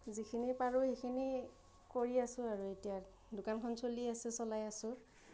যিখিনি পাৰোঁ সেইখিনি কৰি আছোঁ আৰু এতিয়া দোকানখন চলি আছে চলাই আছোঁ